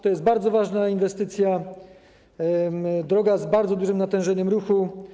To jest bardzo ważna inwestycja, droga z bardzo dużym natężeniem ruchu.